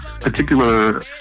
particular